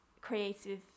creative